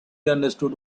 understood